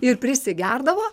ir prisigerdavo